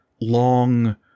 long